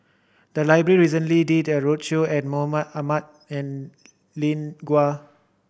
the library recently did a roadshow and Mahmud Ahmad and Lin Gao